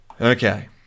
Okay